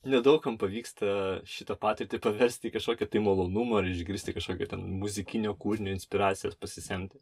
nedaug kam pavyksta šitą patirtį paversti į kažkokį malonumo ar išgirsti kažkokią ten muzikinio kūrinio inspiracijas pasisemti